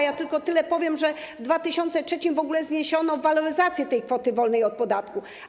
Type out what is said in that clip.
Ja tylko tyle powiem, że w 2003 r. w ogóle zniesiono waloryzację tej kwoty wolnej od podatku.